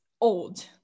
old